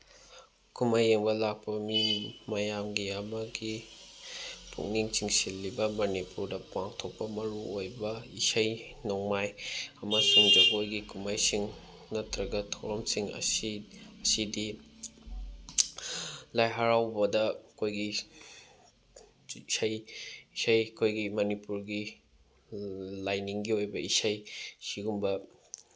ꯀꯨꯝꯍꯩ ꯌꯦꯡꯕ ꯂꯥꯛꯄ ꯃꯤ ꯃꯌꯥꯝꯒꯤ ꯑꯃꯒꯤ ꯄꯨꯛꯅꯤꯡ ꯆꯤꯡꯁꯤꯜꯂꯤꯕ ꯃꯅꯤꯄꯨꯔꯗ ꯄꯥꯡꯊꯣꯛꯄ ꯃꯔꯨꯑꯣꯏꯕ ꯏꯁꯩ ꯅꯣꯡꯃꯥꯏ ꯑꯃꯁꯨꯡ ꯖꯒꯣꯏꯒꯤ ꯀꯨꯝꯍꯩꯁꯤꯡ ꯅꯠꯇ꯭ꯔꯒ ꯊꯧꯔꯝꯁꯤꯡ ꯑꯁꯤ ꯑꯁꯤꯗꯤ ꯂꯥꯏ ꯍꯔꯥꯎꯕꯗ ꯑꯩꯈꯣꯏꯒꯤ ꯏꯁꯩ ꯏꯁꯩ ꯑꯩꯈꯣꯏꯒꯤ ꯃꯅꯤꯄꯨꯔꯒꯤ ꯂꯥꯏꯅꯤꯡꯒꯤ ꯑꯣꯏꯕ ꯏꯁꯩ ꯁꯤꯒꯨꯝꯕ